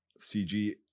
CG